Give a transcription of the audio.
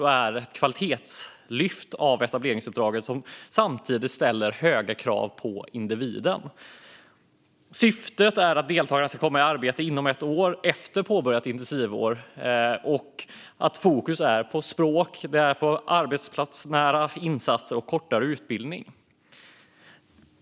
Det är ett kvalitetslyft av etableringsuppdraget som samtidigt ställer höga krav på individen. Syftet är att deltagarna ska komma i arbete inom ett år efter påbörjat intensivår. Fokus är på språk, arbetsplatsnära insatser och kortare utbildning.